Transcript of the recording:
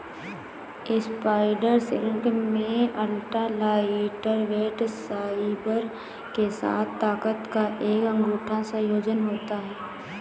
spider silk में ultra lightweight fibre के साथ ताकत का एक अनूठा संयोजन होता है